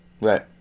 right